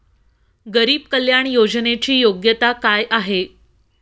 गरीब कल्याण योजनेची योग्यता काय आहे?